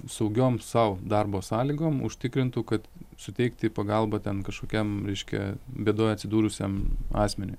saugiom sau darbo sąlygom užtikrintų kad suteikti pagalbą ten kažkokiam reiškia bėdoj atsidūrusiam asmeniui